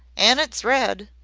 an' it's red.